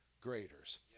graders